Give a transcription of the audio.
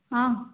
ହଁ